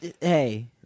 Hey